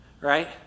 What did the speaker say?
Right